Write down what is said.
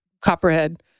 copperhead